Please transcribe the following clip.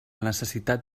necessitat